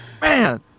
man